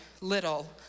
little